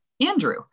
Andrew